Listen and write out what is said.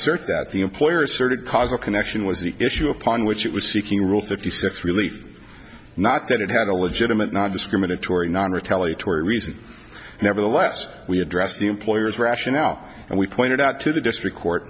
assert that the employer asserted cause of connection was the issue upon which it was seeking rules if that's really not that it had a legitimate not discriminatory not retaliate or reason nevertheless we address the employer's rationale and we pointed out to the district court